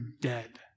dead